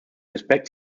respect